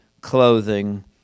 clothing